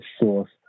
source